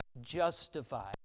justified